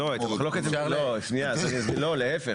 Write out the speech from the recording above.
לא להפך,